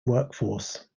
workforce